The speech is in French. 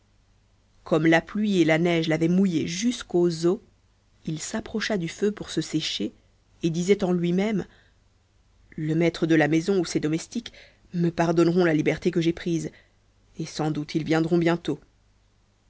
comme la pluie et la neige l'avaient mouillé jusqu'aux os il s'approcha du feu pour se sécher et disait en lui-même le maître de la maison ou ses domestiques me pardonneront la liberté que j'ai prise et sans doute ils viendront bientôt